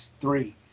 three